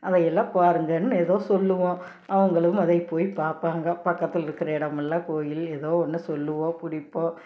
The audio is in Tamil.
அதையெல்லாம் பாருங்கன்னு ஏதோ சொல்லுவோம் அவங்களும் அதை போய் பார்ப்பாங்க பக்கத்தில் இருக்கிற இடமெல்லாம் கோவில் எதோ ஒன்று சொல்லுவோம் புடிப்போம்